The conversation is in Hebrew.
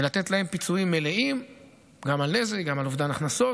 ולתת להם פיצויים מלאים גם על נזק וגם על אובדן הכנסות.